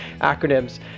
acronyms